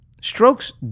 strokes